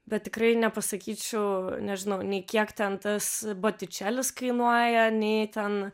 bet tikrai nepasakyčiau nežinau nei kiek ten tas botičelis kainuoja nei ten